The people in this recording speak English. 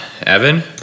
Evan